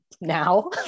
now